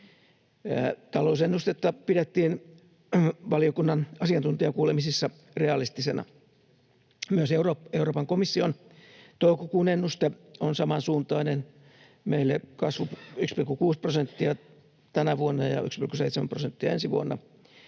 Talousennustetta pidettiin valiokunnan asiantuntijakuulemisissa realistisena. Myös Euroopan komission toukokuun ennuste on samansuuntainen meille, kasvua 1,6 prosenttia tänä vuonna ja 1,7 prosenttia ensi vuonna.